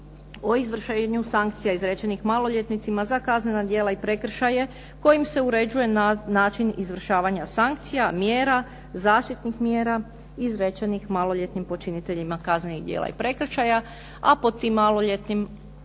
o izvršenju sankcija izrečenih maloljetnicima za kaznena djela i prekršaje kojim se uređuje način izvršavanja sankcija, mjera, zaštitnih mjera izrečenih maloljetnim počiniteljima kaznenih djela i prekršaja. A pod tim maloljetnim se